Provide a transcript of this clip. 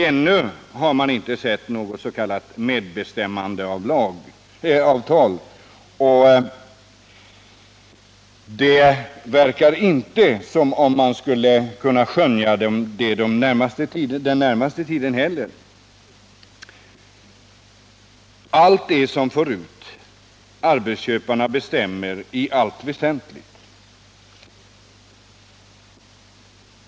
Ännu har man inte sett något s.k. medbestämmandeavtal, och det verkar inte som man skulle skönja något den närmaste tiden heller. Allt är som förut — arbetsköparna bestämmer i allt väsentligt.